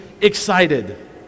excited